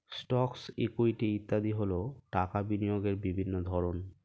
stocks, equity ইত্যাদি হল টাকা বিনিয়োগের বিভিন্ন ধরন